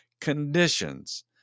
conditions